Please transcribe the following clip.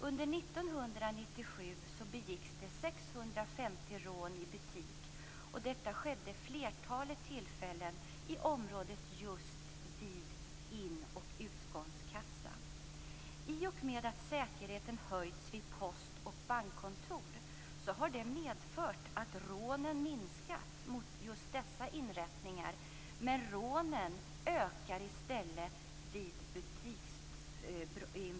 Under 1997 begicks 650 rån i butik, och detta skedde vid flertalet tillfällen just i området vid in och utgångskassan. I och med att säkerhetens höjts vid post och bankkontor har antalet rån minskat mot dessa inrättningar. Men i stället ökar butiksrånen.